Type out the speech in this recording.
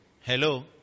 Hello